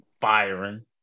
firing